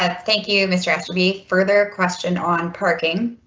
ah thank you mr. aster be further question on parking.